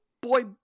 boy